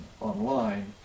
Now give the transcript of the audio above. online